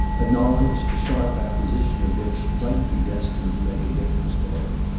a knowledge the sharp acquisition of which might be destined to make a difference for him.